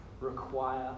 require